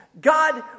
God